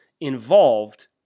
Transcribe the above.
involved